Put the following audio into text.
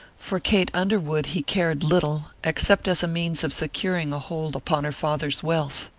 for kate underwood he cared little, except as a means of securing a hold upon her father's wealth.